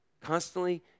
Constantly